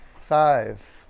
five